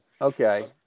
okay